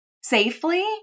safely